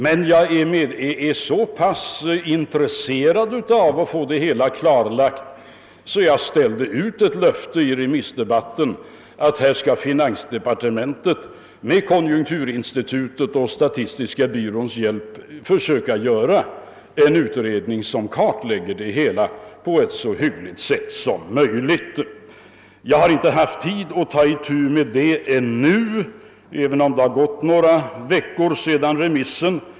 Jag är emellertid så pass intresserad av att få frågan klarlagd att jag under remissdebatten gav ett löfte om att finansdepartementet med konjunkturinstitutets och statistiska centralbyråns hjälp skall göra en utredning som så noga som möjligt kartlägger frågan. Jag har inte haft tid att ta itu med detta ännu, trots att det förflutit några månader sedan remissdebatten.